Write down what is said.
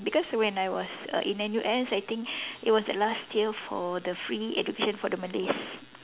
because when I was err in N_U_S I think it was the last tier for the free education for the Malays